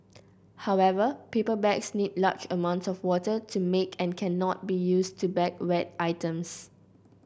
however paper bags need large amounts of water to make and cannot be used to bag wet items